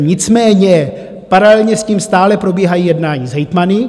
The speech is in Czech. Nicméně paralelně s tím stále probíhají jednání s hejtmany.